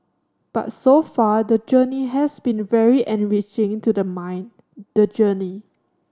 but so far the journey has been very enriching to the mind the journey